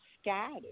scattered